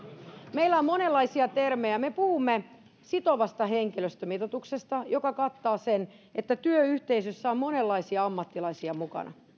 meillä on monenlaisia termejä me puhumme sitovasta henkilöstömitoituksesta joka kattaa sen että työyhteisössä on monenlaisia ammattilaisia mukana